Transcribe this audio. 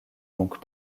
donc